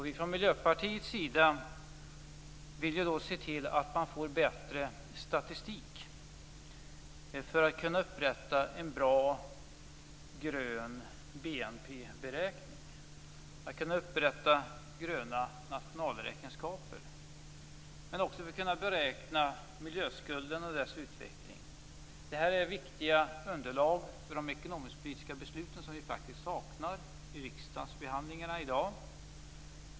Vi från Miljöpartiets sida vill se till att det blir bättre statistik för att kunna upprätta en bra grön BNP-beräkning, att kunna upprätta gröna nationalräkenskaper, men också för att kunna beräkna utvecklingen av miljöskulden. Det här är viktiga underlag för de ekonomiskpolitiska beslut som vi saknar i riksdagens behandling i dag.